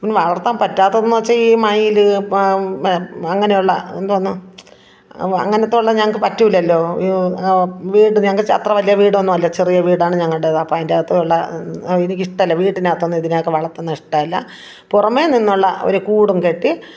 പിന്നെ ഈ വളർത്താൻ പറ്റാത്തതെന്ന് വച്ചാൽ ഈ മയിൽ അങ്ങനെയുള്ള എന്തോന്നാണ് അങ്ങനെയുള്ള ഞങ്ങൾക്ക് പറ്റില്ലല്ലോ വീട് ഞങ്ങൾ അത്ര വലിയ വീടൊന്നുമല്ല ചെറിയ വീടാണ് ഞങ്ങളുടേത് അപ്പം അതിൻ്റെ അകത്തുള്ള എനിക്ക് ഇഷ്ടമല്ല വീട്ടിനകത്തൊന്നും ഇതിനെ ഒക്കെ വളർത്തുന്നത് ഇഷ്ടമല്ല പുറമെ നിന്നുള്ള ഒരു കൂടും കെട്ടി